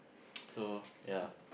so ya